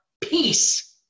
peace